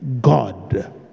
God